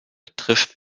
trifft